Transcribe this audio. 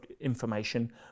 information